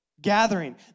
gathering